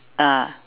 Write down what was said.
ah